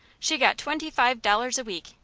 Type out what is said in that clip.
she got twenty-five dollars a week,